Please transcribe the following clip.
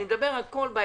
בינתיים אני מדבר על ההקשר